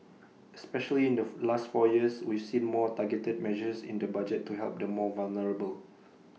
especially in the last four years we've seen more targeted measures in the budget to help the more vulnerable